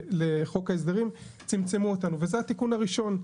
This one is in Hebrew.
להביא לחוק ההסדרים וצמצמו אותנו וזה התיקון הראשון.